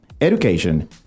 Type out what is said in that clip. education